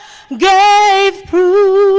gave proof